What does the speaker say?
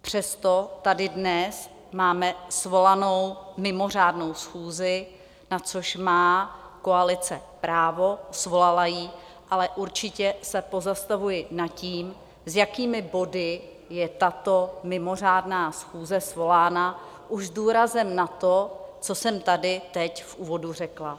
Přesto tady dnes máme svolanou mimořádnou schůzi, na což má koalice právo, svolala ji, ale určitě se pozastavuji nad tím, s jakými body je tato mimořádná schůze svolána, už s důrazem na to, co jsem tady teď v úvodu řekla.